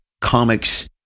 comics